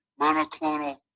monoclonal